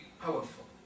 powerful